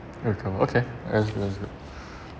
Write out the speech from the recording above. echo okay as we're